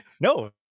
No